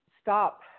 stop